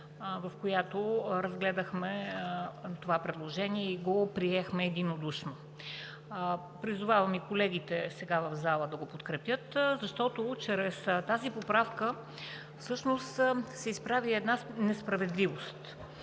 в която разгледахме това предложение и го приехме единодушно. Призовавам и колегите сега, в залата да го подкрепят, защото чрез тази поправка всъщност се изправя една несправедливост.